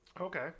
okay